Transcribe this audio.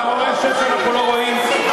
אתה חושב שאנחנו לא רואים?